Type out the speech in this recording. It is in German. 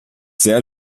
sehr